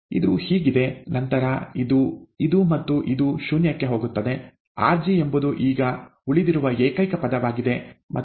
ಇದು ಹೀಗಿದೆ ನಂತರ ಇದು ಇದು ಮತ್ತು ಇದು ಶೂನ್ಯಕ್ಕೆ ಹೋಗುತ್ತದೆ rg ಎಂಬುದು ಈಗ ಉಳಿದಿರುವ ಏಕೈಕ ಪದವಾಗಿದೆ ಮತ್ತು rgdmdt